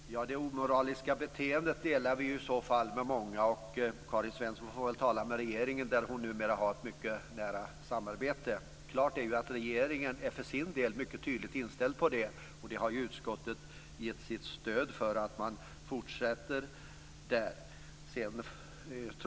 Fru talman! Det omoraliska beteendet delar vi i så fall med många. Karin Svensson Smith får väl tala med regeringen som hon numera har ett mycket nära samarbete med. Klart är ju att regeringen för sin del är mycket tydligt inställd på detta. Och utskottet har ju gett sitt stöd för att man fortsätter med det.